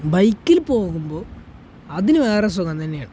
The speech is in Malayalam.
ബൈക്കിൽ പോകുമ്പോൾ അതിനു വേറെ സുഖം തന്നെയാണ്